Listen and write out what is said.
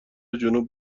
جنوب